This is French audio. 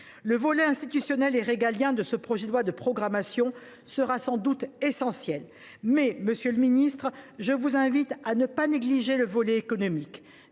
Le volet institutionnel et régalien de ce projet de loi de programmation sera sans doute essentiel. Pour autant, monsieur le ministre, je vous invite à ne pas négliger le volet économique.